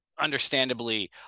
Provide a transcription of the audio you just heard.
understandably